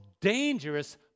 dangerous